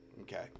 okay